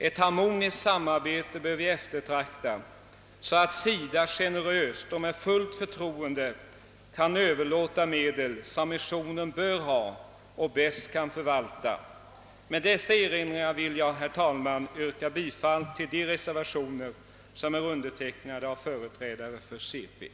Ett harmoniskt samarbete bör eftertraktas, så att SIDA generöst och med fullt förtroende kan överlåta de medel som missionen bör ha och bäst kan förvalta. Med dessa erinringar vill jag, herr talman, yrka bifall till de reservatio ner som är undertecknade av företrädare för centerpartiet.